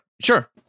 sure